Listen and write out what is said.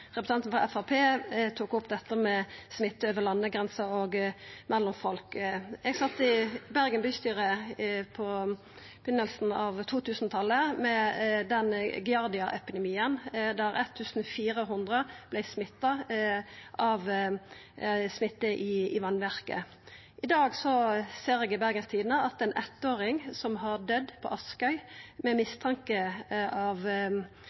representanten frå Framstegspartiet tok opp dette med smitte over landegrenser og mellom folk. Eg sat i Bergen bystyre på byrjinga av 2000-talet da det var ein Giardia-epidemi der 1 400 personar vart smitta frå vassverket. I dag ser eg i Bergens Tidende at ein eittåring har døytt på Askøy med mistanke om at det er på grunn av